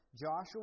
Joshua